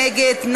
מי נגד?